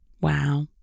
wow